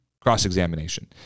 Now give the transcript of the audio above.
cross-examination